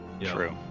True